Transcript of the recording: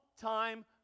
time